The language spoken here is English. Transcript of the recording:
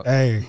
Hey